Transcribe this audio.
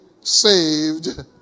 saved